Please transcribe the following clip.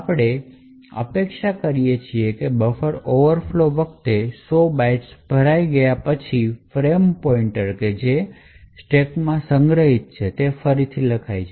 આપણે અપેક્ષા કરીએ છીએ કે બફર ઓવરફ્લો વખતે 100 બાઇટ્સ ભરાઈ ગયા પછી ફ્રેમ પોઇન્ટર જે સ્ટેકમાં સંગ્રહિત છે તે ફરીથી લખાઈ જશે